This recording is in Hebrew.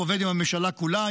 הוא עובד עם הממשלה כולה,